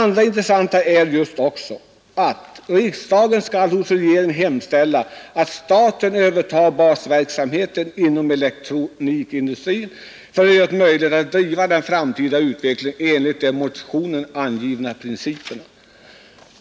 Vidare begärs i motionen ”att riksdagen hos regeringen hemställer att staten övertar basverksamheten inom elektronikindustrin för att göra det möjligt att driva den framtida utvecklingen enligt de i motionen angivna principerna”.